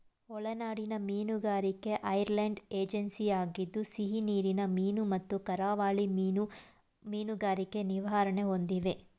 ಒಳನಾಡಿನ ಮೀನುಗಾರಿಕೆ ಐರ್ಲೆಂಡ್ ಏಜೆನ್ಸಿಯಾಗಿದ್ದು ಸಿಹಿನೀರಿನ ಮೀನು ಮತ್ತು ಕರಾವಳಿ ಮೀನು ಮೀನುಗಾರಿಕೆ ನಿರ್ವಹಣೆ ಹೊಂದಿವೆ